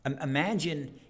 Imagine